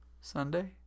Sunday